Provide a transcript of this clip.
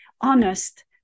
honest